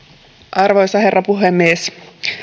arvoisa herra puhemies